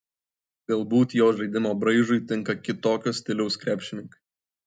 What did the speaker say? galbūt jo žaidimo braižui tinka kitokio stiliaus krepšininkai